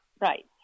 right